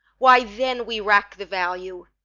why, then we rack the value,